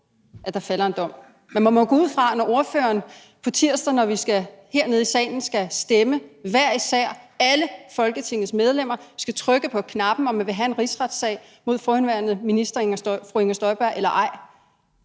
at der falder en dom, men man må gå ud fra, at ordføreren på tirsdag, når han og vi her i salen skal stemme hver især, alle folketingsmedlemmer skal trykke på knappen og stemme om, om man vil have en rigsretssag mod forhenværende minister Inger Støjberg eller ej,